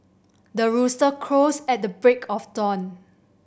the rooster crows at the break of dawn